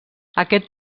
aquest